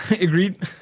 agreed